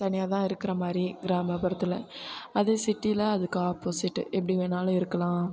தனியாகதான் இருக்கிற மாதிரி கிராமப்புறத்தில் அது சிட்டியில் அதுக்கு ஆப்போசிட் எப்படி வேணாலும் இருக்கலாம்